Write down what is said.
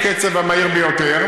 בקצב המהיר ביותר,